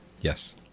Yes